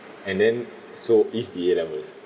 and then so is the A levels